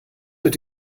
mit